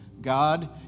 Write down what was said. God